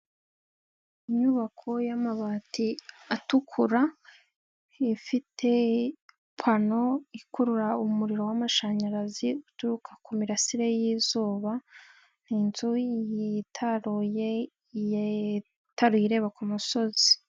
Inyubako y'amabati atukura, ifite pano ikurura umuriro w'amashanyarazi uturuka ku mirasire y'izuba, ni inzu yitaruye ireba ku musozi.